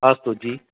अस्तु जि